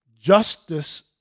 justice